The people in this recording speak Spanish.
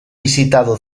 visitado